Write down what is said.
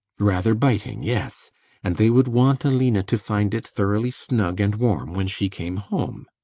rather biting, yes and they would want aline to find it thoroughly snug and warm when she came home.